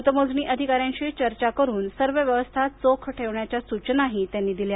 मतमोजणी अधिकाऱ्यांशी चर्चा करून सर्व व्यवस्था चोख ठेवण्याच्या सूचनाही त्यांनी दिल्या